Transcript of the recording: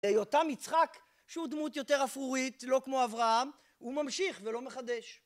אותם יצחק שהוא דמות יותר אפרורית לא כמו אברהם הוא ממשיך ולא מחדש